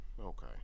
okay